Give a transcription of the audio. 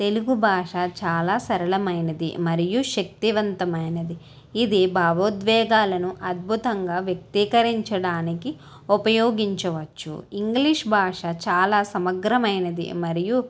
తెలుగు భాష చాలా సరళమైనది మరియు శక్తివంతమైనది ఇది భావోద్వేగాలను అద్బుతంగా వ్యక్తీకరించడానికి ఉపయోగించవచ్చు ఇంగ్లీషు భాష చాలా సమగ్రమైనది మరియు